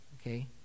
okay